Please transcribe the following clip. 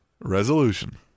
resolution